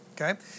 Okay